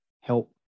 help